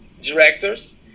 directors